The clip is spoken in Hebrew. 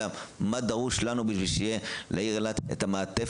אלא מה דרוש לנו כדי שתהיה לעיר אילת המעטפת